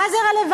מה זה רלוונטי?